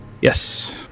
Yes